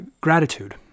Gratitude